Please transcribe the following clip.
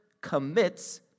commits